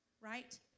right